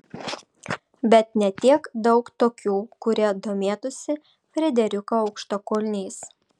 bet ne tiek daug tokių kurie domėtųsi frederiko aukštakulniais